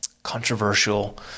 controversial